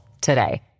today